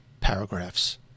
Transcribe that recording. paragraphs